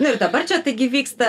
nu ir dabar čia taigi vyksta